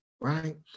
right